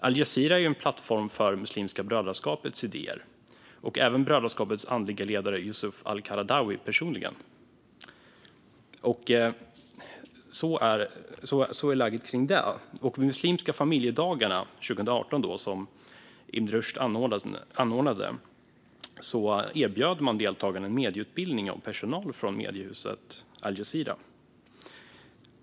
al-Jazira är en plattform för Muslimska brödraskapets idéer och även för brödraskapets andlige ledare Yusuf al-Qaradawi personligen. Under Muslimska familjedagarna 2018, som Ibn Rushd anordnade, erbjöds deltagarna en medieutbildning av personal från mediehuset al-Jazira.